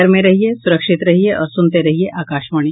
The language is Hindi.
घर में रहिये सुरक्षित रहिये और सुनते रहिये आकाशवाणी